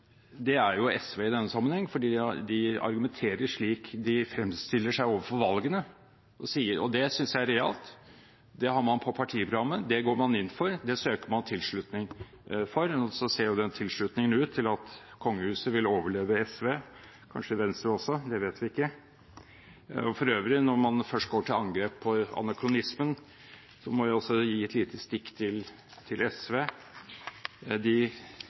det er jo SV. For de argumenterer slik at de fremstiller seg i forbindelse med valgene, og det synes jeg er realt – det har man på partiprogrammet, det går man inn for, og det søker man tilslutning til. Når det gjelder den tilslutningen, ser det jo ut til at kongehuset vil overleve SV, kanskje Venstre også, det vet vi ikke. For øvrig, når man først går til angrep på anakronismen, så må jeg også gi et lite stikk til SV. De